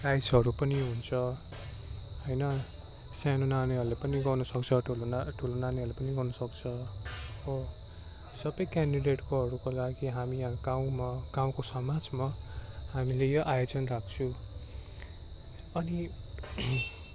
प्राइसहरू पनि हुन्छ होइन सानो नानीहरूले पनि गर्नुसक्छ ठुलो ना ठुलो नानीहरूले पनि गर्नुसक्छ हो सबै केन्डिडेटकोहरूको लागि हामी यहाँ गाउँमा गाउँको समाजमा हामीले यो आयोजन राख्छु अनि